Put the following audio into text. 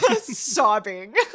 sobbing